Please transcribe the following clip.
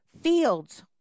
Fields